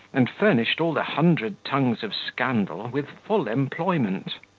and furnished all the hundred tongues of scandal with full employment.